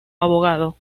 abogado